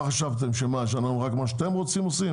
מה חשבתם, שרק מה שאתם רוצים אנחנו עושים?